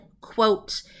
quote